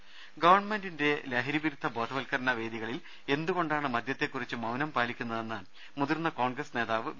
രുവെട്ടുമ ഗവൺമെൻറിൻറെ ലഹരിവിരുദ്ധ ബോധവത്കരണ വേദികളിൽ എന്തുകൊണ്ടാണ് മദ്യത്തെക്കുറിച്ച് മൌനം പാലിക്കുന്നതെന്ന് മുതിർന്ന കോൺഗ്രസ് നേതാവ് വി